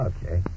Okay